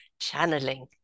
Channeling